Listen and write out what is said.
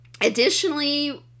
additionally